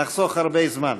נחסוך הרבה זמן.